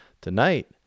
Tonight